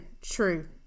true